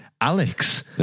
alex